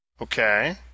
Okay